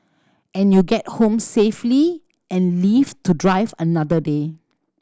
and you get home safely and live to drive another day